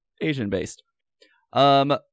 Asian-based